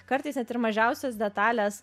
kartais net ir mažiausios detalės